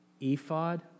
ephod